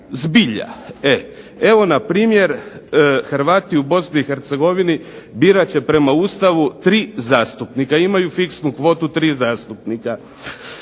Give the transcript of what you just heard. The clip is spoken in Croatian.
zbilja. Evo npr. Hrvati u Bosni i Hercegovini birat će prema Ustavu tri zastupnika, imaju fiksnu kvotu tri zastupnika.